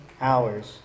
hours